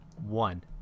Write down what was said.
one